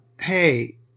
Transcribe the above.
Hey